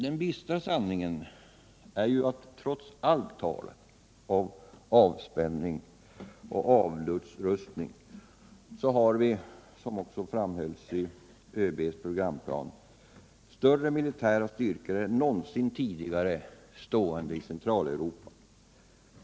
Den bistra sanningen är ju den att trots allt tal om avspänning så är — såsom också framhölls i ÖB:s programplan — större militära styrkor än någonsin tidigare stående i Centraleuropa.